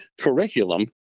curriculum